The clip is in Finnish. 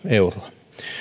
euroa